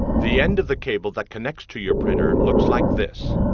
the end of the cable that connects to your printer looks like this.